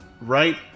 Right